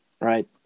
Right